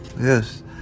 Yes